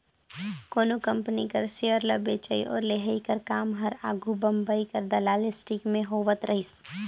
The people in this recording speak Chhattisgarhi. कोनो कंपनी कर सेयर ल बेंचई अउ लेहई कर काम हर आघु बंबई कर दलाल स्टीक में होवत रहिस